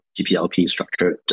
GPLP-structured